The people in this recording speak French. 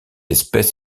espèce